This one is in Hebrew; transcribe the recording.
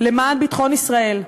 למען ביטחון ישראל,